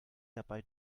dabei